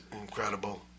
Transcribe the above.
incredible